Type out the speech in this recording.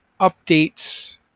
updates